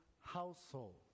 household